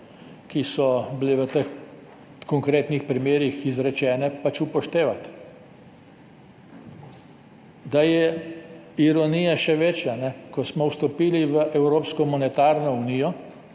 ki so bile v teh konkretnih primerih izrečene, pač upoštevati. Da je ironija še večja, ko smo vstopili v evropsko monetarno unijo